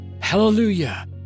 Hallelujah